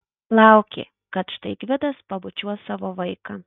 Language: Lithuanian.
laukė kad štai gvidas pabučiuos savo vaiką